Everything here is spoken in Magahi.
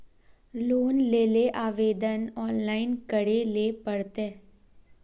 लोन लेले आवेदन ऑनलाइन करे ले पड़ते?